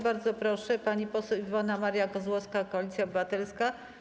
Bardzo proszę, pani poseł Iwona Maria Kozłowska, Koalicja Obywatelska.